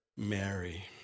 Mary